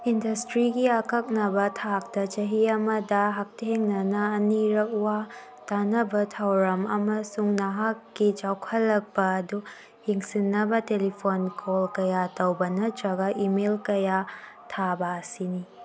ꯏꯟꯗꯁꯇ꯭ꯔꯤꯒꯤ ꯑꯀꯛꯅꯕ ꯊꯥꯛꯇ ꯆꯍꯤ ꯑꯃꯗ ꯍꯛꯊꯦꯡꯅꯅ ꯑꯅꯤꯔꯛ ꯋꯥ ꯇꯥꯟꯅꯕ ꯊꯧꯔꯝ ꯑꯃꯁꯨꯡ ꯅꯍꯥꯛꯀꯤ ꯆꯥꯎꯈꯠꯂꯛꯄ ꯑꯗꯨ ꯌꯦꯡꯁꯤꯟꯅꯕ ꯇꯦꯂꯤꯐꯣꯟ ꯀꯣꯜ ꯀꯌꯥ ꯇꯧꯕ ꯅꯠꯇ꯭ꯔꯒ ꯏꯃꯦꯜ ꯀꯌꯥ ꯊꯥꯕ ꯑꯁꯤꯅꯤ